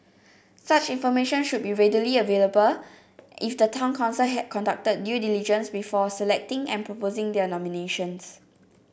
such information should be readily available if the town council had conducted due diligence before selecting and proposing their nominations